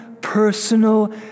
personal